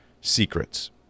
secrets